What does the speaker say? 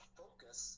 focus